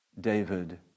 David